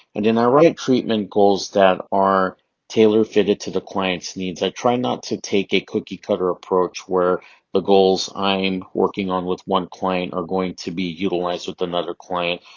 and and i write treatment goals that are tailor fitted to the client's needs. i try not to take a cookie-cutter approach where the goals i'm working on with one client are going to be utilized with another client.